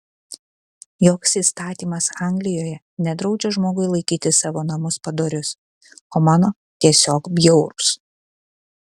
joks įstatymas anglijoje nedraudžia žmogui laikyti savo namus padorius o mano tiesiog bjaurūs